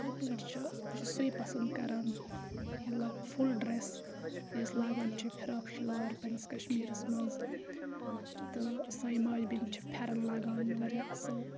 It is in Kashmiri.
اِتھَے پٲٹھۍ چھِ بہٕ چھَس سُے پَسنٛد کَران مطلب فُل ڈرٛٮ۪س یُس لاگان چھِ فِراک شلوار پنٛنِس کَشمیٖرَس منٛز تہٕ سانہِ ماجہِ بٮ۪نہِ چھِ پھٮ۪رَن لاگان واریاہ اَصٕل